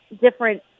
different